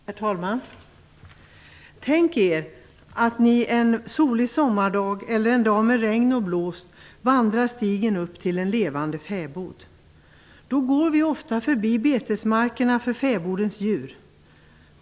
Herr talman! Tänk er att vi en solig sommardag eller en dag med regn och blåst vandrar stigen upp till en levande fäbod. Då går vi ofta förbi betesmarker för fäbodens djur.